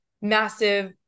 massive